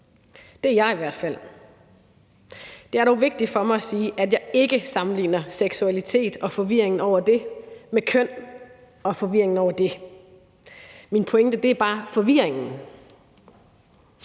Det er jeg i hvert fald. Det er dog vigtigt for mig at sige, at jeg ikke sammenligner seksualitet og forvirringen over den med køn og forvirringen over det. Min pointe er bare forvirringen,